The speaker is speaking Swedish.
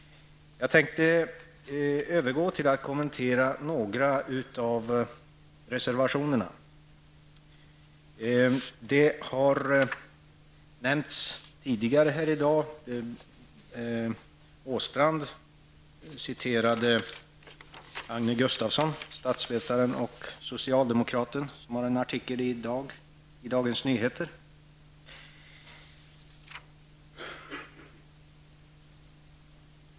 Jag tänker övergå till att kommentera några av reservationerna. Tidigare under debatten har Göran Åstrand citerat ur statsvetaren och socialdemokraten Agne Gustafssons artikel i Dagens Nyheter i dag.